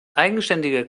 eigenständige